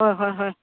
ꯍꯣꯏ ꯍꯣꯏ ꯍꯣꯏ